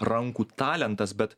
rankų talentas bet